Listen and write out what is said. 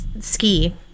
ski